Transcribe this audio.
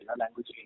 language